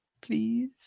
please